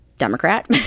Democrat